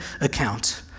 account